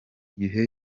gihe